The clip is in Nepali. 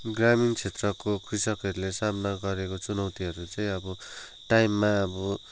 ग्रामिण क्षेत्रको कृषकहरूले सामना गरेको चुनौतीहरू चाहिँ अब टाइममा अब